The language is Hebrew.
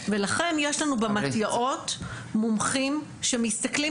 ולכן יש לנו ב"מתי"אות" מומחים שמסתכלים